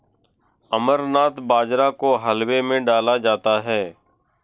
अमरनाथ बाजरा को हलवे में डाला जाता है